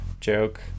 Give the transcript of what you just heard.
joke